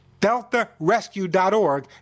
deltarescue.org